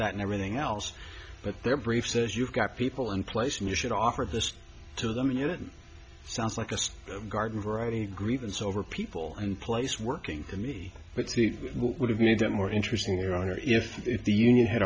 that and everything else but their brief says you've got people in place and you should offer this to them it sounds like a garden variety grievance over people and place working for me which would have made it more interesting your honor if if the union had